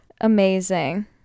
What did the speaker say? Amazing